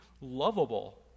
lovable